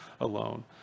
alone